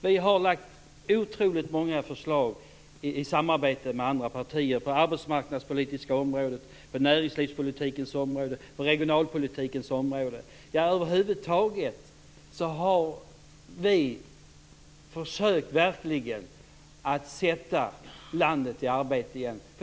Vi har lagt fram otroligt många förslag i samarbete med andra partier på det arbetsmarknadspolitiska området, på näringspolitikens område och på regionalpolitikens område. Över huvud taget har vi verkligen försökt att sätta landet i arbete igen.